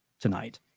tonight